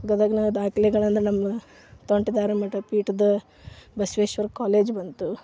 ಗದಗಿನ ದಾಖಲೆಗಳಂದರೆ ನಮ್ಮ ತೋಂಟದಾರ್ಯ ಮಠ ಪೀಠದ ಬಸವೇಶ್ವರ ಕಾಲೇಜ್ ಬಂತು